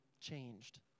changed